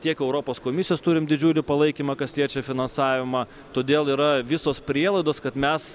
tiek europos komisijos turim didžiulį palaikymą kas liečia finansavimą todėl yra visos prielaidos kad mes